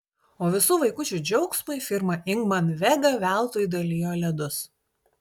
o visų vaikučių džiaugsmui firma ingman vega veltui dalijo ledus